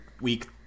week